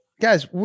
guys